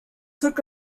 took